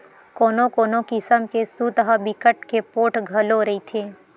कोनो कोनो किसम के सूत ह बिकट के पोठ घलो रहिथे